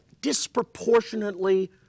disproportionately